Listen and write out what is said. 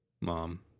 Mom